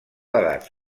edat